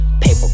paper